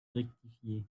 rectifié